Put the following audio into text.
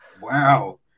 wow